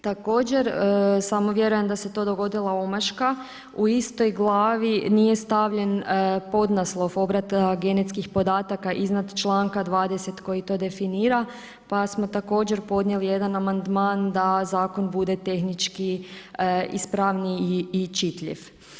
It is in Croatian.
Također, samo vjerujem da se to dogodila omaška, u istoj glavi nije stavljen podnaslov obrada genetskih podataka iznad članka 20. koji to definira pa smo također podnijeli jedan amandman da zakon bude tehnički ispravniji i čitljiv.